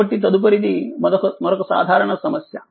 కాబట్టితదుపరిది మరొక సాధారణసమస్య